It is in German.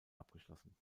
abgeschlossen